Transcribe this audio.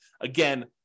Again